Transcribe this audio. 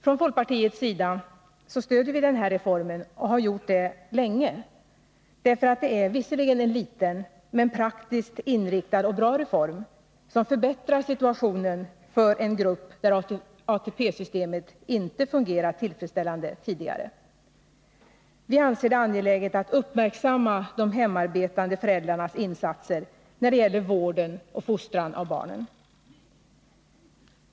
Från folkpartiets sida stödjer vi den här reformen och har gjort det länge, därför att det är en visserligen liten men praktiskt inriktad och bra reform, som förbättrar situationen för en grupp där ATP-systemet inte fungerat tillfredsställande tidigare. Vi anser det angeläget att uppmärksamma de hemarbetande föräldrarnas insatser när det gäller vården och fostran av barnen.